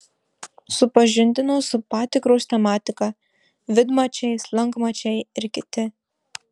supažindino su patikros tematika vidmačiai slankmačiai ir kiti